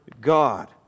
God